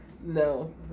No